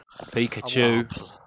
Pikachu